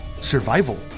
survival